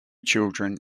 children